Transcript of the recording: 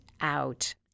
out